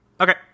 Okay